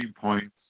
points